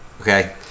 Okay